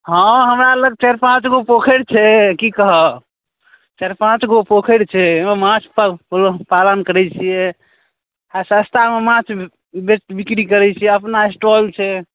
हाँ हमरा लग चारि पाँचगो पोखरि छै कि कहब चारि पाँचगो पोखरि छै ओइमे माछ पऽ पऽ पालन करै छियै आओर सस्तामे माछ बेच बिक्री करै छियै अपना स्टॉल छै